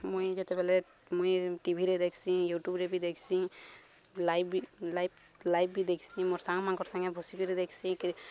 ମୁଇଁ ଯେତେବେଲେ ମୁଇଁ ଟିଭିରେ ଦେଖ୍ସି ୟୁଟ୍ୟୁବରେ ବି ଦେଖ୍ସି ଲାଇଭ୍ ବି ଲାଇଭ୍ ଲାଇଭ୍ ବି ଦେଖ୍ସି ମୋର୍ ସାଙ୍ଗମାନଙ୍କର ସାଙ୍ଗେ ବସିିକିରି ଦେଖ୍ସି